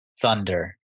thunder